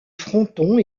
fronton